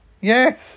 Yes